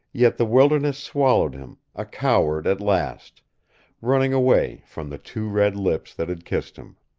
yet the wilderness swallowed him, a coward at last running away from the two red lips that had kissed him.